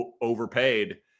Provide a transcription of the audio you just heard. overpaid